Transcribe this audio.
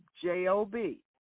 J-O-B